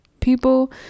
people